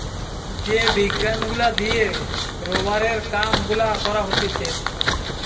যে বিজ্ঞান গুলা দিয়ে রোবারের কাম গুলা করা হতিছে